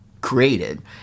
created